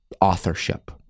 authorship